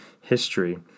history